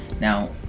now